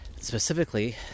Specifically